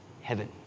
heaven